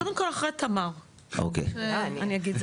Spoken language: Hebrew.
קודם כל תמר, אחריה אני אגיד.